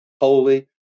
holy